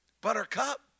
buttercup